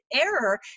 error